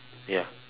ya